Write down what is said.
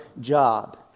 job